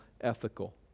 ethical